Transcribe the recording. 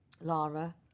Lara